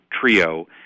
TRIO